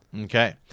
Okay